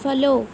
follow